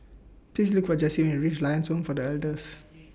Please Look For Jesse when YOU REACH Lions Home For The Elders